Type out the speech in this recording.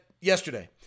yesterday